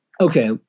okay